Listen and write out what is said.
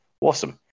Awesome